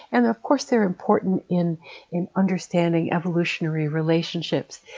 and of course they're important in in understanding evolutionary relationships.